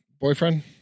boyfriend